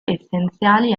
essenziali